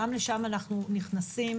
גם לשם אנו נכנסים,